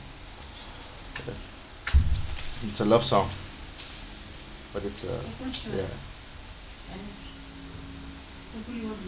it's a love song but it's uh ya